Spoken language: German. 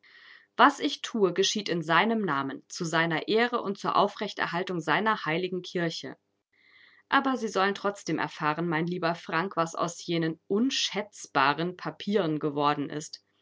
was ich thue geschieht in seinem namen zu seiner ehre und zur aufrechterhaltung seiner heiligen kirche aber sie sollen trotzdem erfahren mein lieber frank was aus jenen unschätzbaren papieren geworden ist